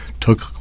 took